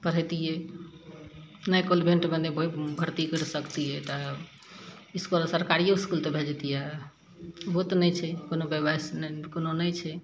पढ़यतियै नहि कोनो बेंट मे भर्ती करि सकतियै तऽ इसपर सरकारियो इसकुल तऽ भेजतियै ओहो तऽ नहि छै कोनो बेवश कोनो नहि छै